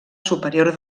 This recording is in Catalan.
superior